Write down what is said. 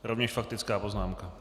Rovněž faktická poznámka.